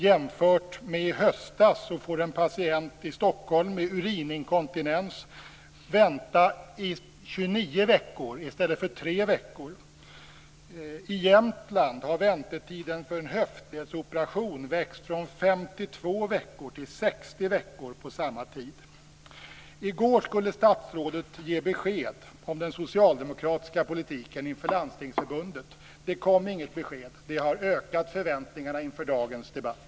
Jämfört med i höstas får en patient i Stockholm med urininkontinens vänta i 29 veckor i stället för i tre veckor. I Jämtland har väntetiden för en höftledsoperation vuxit från 52 veckor till 60 veckor på samma tid. I går skulle statsrådet ge besked om den socialdemokratiska politiken inför landstingsförbundet. Det kom inget besked. Det har ökat förväntningarna inför dagens debatt.